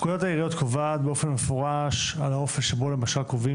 פקודת העיריות קובעת באופן מפורש על האופן שבו קובעים